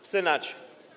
W Senacie.